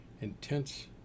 intense